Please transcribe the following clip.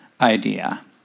idea